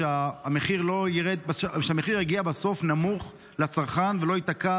שהמחיר לצרכן בסוף יהיה נמוך ולא ייתקע